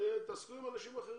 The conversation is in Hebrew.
שיתעסקו עם אנשים אחרים.